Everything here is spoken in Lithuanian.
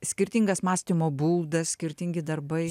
tik skirtingas mąstymo būdas skirtingi darbai